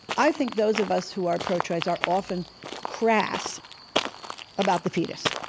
i think those of us who are pro-choice are often crass about the fetus.